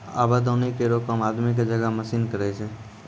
आबे दौनी केरो काम आदमी क जगह मसीन करै छै